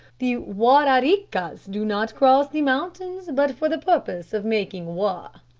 the war-are-ree-kas do not cross the mountains but for the purpose of making war.